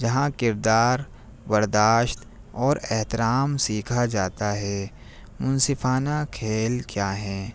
جہاں کردار برداشت اور احترام سیکھا جاتا ہے منصفانہ کھیل کیا ہیں